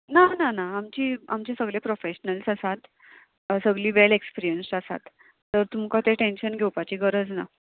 ना ना ना आमची आमचे सगळे प्रोफेशनल्स आसात सगली वेल एक्सपिरियन्सड आसात तर तुमकां तें टेंशन घेवपाची गरज ना